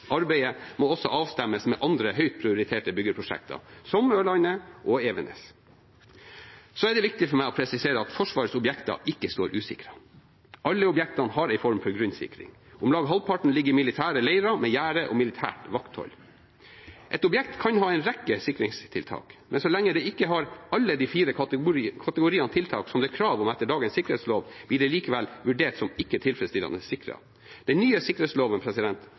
Arbeidet må også avstemmes med andre høyt prioriterte byggeprosjekter, som Ørland og Evenes. Det er viktig for meg å presisere at Forsvarets objekter ikke står usikret. Alle objektene har en form for grunnsikring. Om lag halvparten ligger i militære leirer, med gjerde og militært vakthold. Et objekt kan ha en rekke sikringstiltak, men så lenge det ikke har alle de fire kategoriene tiltak som det er krav om etter dagens sikkerhetslov, blir det likevel vurdert som ikke tilfredsstillende sikret. Den nye sikkerhetsloven